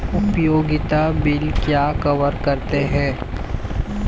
उपयोगिता बिल क्या कवर करते हैं?